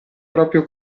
proprio